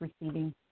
receiving